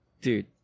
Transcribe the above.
dude